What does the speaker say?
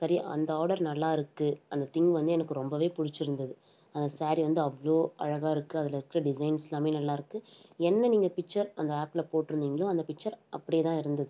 சரி அந்த ஆடர் நல்லா இருக்குது அந்த திங்க் வந்து எனக்கு ரொம்ப பிடிச்சி இருந்தது அந்த சேரீ வந்து அவ்வளோ அழகாக இருக்குது அதில் இருக்க டிசைன்ஸ்லாம் நல்லா இருக்குது என்ன நீங்கள் பிக்ச்சர் அந்த ஆப்பில் போட்டு இருந்தீங்களோ அந்த பிக்ச்சர் அப்டியே தான் இருந்தது